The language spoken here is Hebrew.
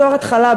בתור התחלה,